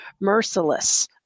merciless